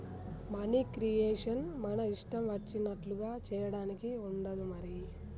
money creation మన ఇష్టం వచ్చినట్లుగా చేయడానికి ఉండదు మరి